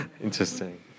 Interesting